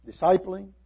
discipling